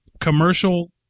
commercial